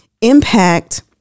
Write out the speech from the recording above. impact